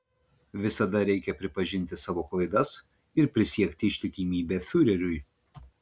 visada reikia pripažinti savo klaidas ir prisiekti ištikimybę fiureriui